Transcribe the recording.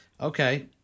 Okay